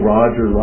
Roger